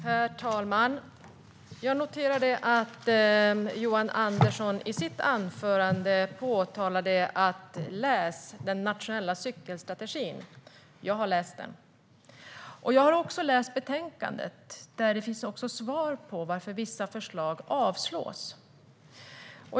Herr talman! Jag noterade att Johan Andersson i sitt anförande talade om att vi skulle läsa den nationella cykelstrategin. Jag har läst den, och jag har även läst betänkandet där det finns svar på varför vissa förslag avslås.